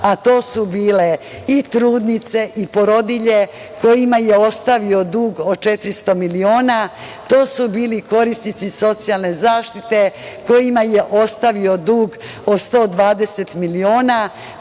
a to su bile i trudnice i porodilje kojima je ostavio dug od 400 miliona, to su bili korisnici socijalne zaštite kojima je ostavio dug od 120 miliona,